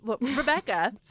Rebecca